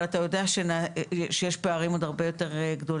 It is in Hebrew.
אבל אתה יודע שיש פערים עוד הרבה יותר גדולים.